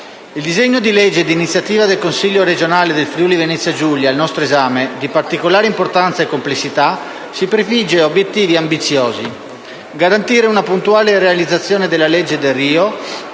il disegno di legge di iniziativa del Consiglio regionale del Friuli-Venezia Giulia al nostro esame, di particolare importanza e complessità, si prefigge obiettivi ambiziosi: garantire una puntuale realizzazione della legge Delrio